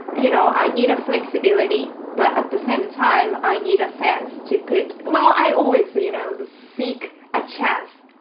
you know, i need a flexibility. but at the same time, i need a sense. tippett well, i always, you know, seek a chest.